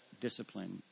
discipline